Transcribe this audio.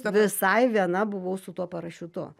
visai viena buvau su tuo parašiutu